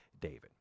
David